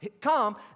come